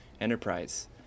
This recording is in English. Enterprise